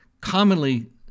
commonly